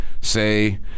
say